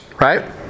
right